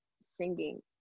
singing